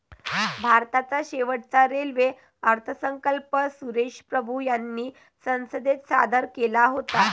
भारताचा शेवटचा रेल्वे अर्थसंकल्प सुरेश प्रभू यांनी संसदेत सादर केला होता